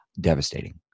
Devastating